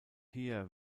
hier